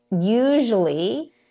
usually